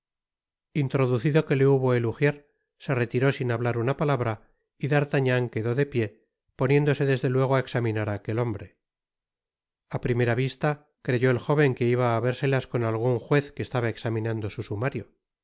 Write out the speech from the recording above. introducido que le hubo el ujier se retiró sin hablar una palabra y d'artagnan quedó de pié poniéndose desde luego á examinar á aquel hombre a primera vista creyó el joven que iba á habérselas con algun juez que estaba examinando su sumario